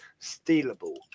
stealable